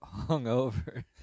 hungover